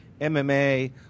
MMA